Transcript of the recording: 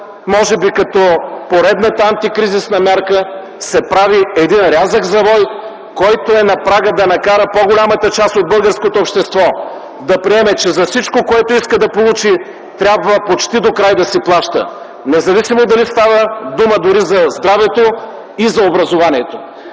може би като поредната антикризисна мярка, се прави рязък завой, който е на прага да накара по-голямата част от българското общество да приеме, че за всичко, което иска да получи, трябва почти докрай да си плаща – независимо дали става дума за здравето или за образованието.